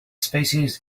species